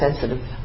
sensitive